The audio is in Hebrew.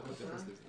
אנחנו נדבר על זה.